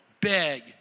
beg